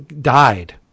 died